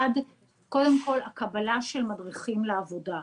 אחד, קודם כל הקבלה של מדריכים לעבודה.